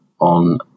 on